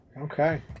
Okay